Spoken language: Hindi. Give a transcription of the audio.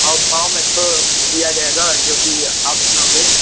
और फ़ॉर्म एक ठो दिया जाएगा जो कि आप भरोगे